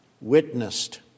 witnessed